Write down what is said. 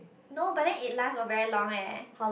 no but then it lasts for very long leh